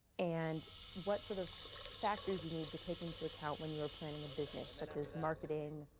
and what sort of factors you need to take into account when you are planning a business, such as marketing,